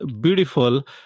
beautiful